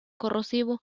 corrosivo